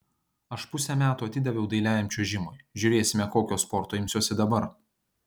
aš pusę metų atidaviau dailiajam čiuožimui žiūrėsime kokio sporto imsiuosi dabar